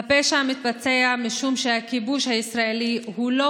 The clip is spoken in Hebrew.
"הפשע מתבצע משום שהכיבוש הישראלי הוא לא